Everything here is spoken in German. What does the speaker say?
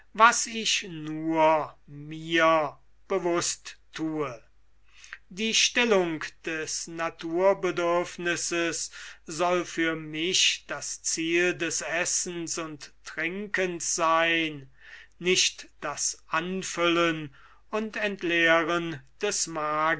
was ich mir bewußt thue die stillung des naturbedürfnisses soll für mich das ziel des essens und trinkens sein nicht das anfüllen und entleeren des magens